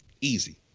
Easy